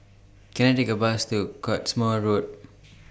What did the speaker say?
Can I Take A Bus to Cottesmore Road